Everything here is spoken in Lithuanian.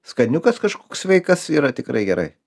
skaniukas kažkoks sveikas yra tikrai gerai